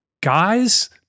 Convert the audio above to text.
Guys